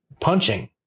punching